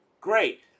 great